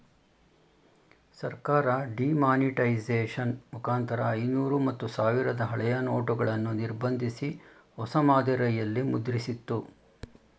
ಸರ್ಕಾರ ಡಿಮಾನಿಟೈಸೇಷನ್ ಮುಖಾಂತರ ಐನೂರು ಮತ್ತು ಸಾವಿರದ ಹಳೆಯ ನೋಟುಗಳನ್ನು ನಿರ್ಬಂಧಿಸಿ, ಹೊಸ ಮಾದರಿಯಲ್ಲಿ ಮುದ್ರಿಸಿತ್ತು